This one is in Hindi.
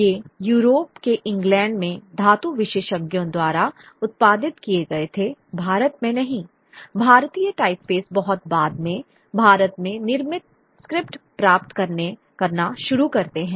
वे यूरोप के इंग्लैंड में धातु विशेषज्ञों द्वारा उत्पादित किए गए थे भारत में नहीं भारतीय टाइपफेस बहुत बाद में भारत में निर्मित स्क्रिप्ट प्राप्त करना शुरू करते हैं